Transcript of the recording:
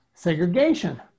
Segregation